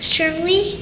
Surely